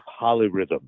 polyrhythm